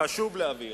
חשוב להבהיר,